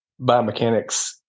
biomechanics